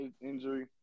injury